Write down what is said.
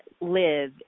live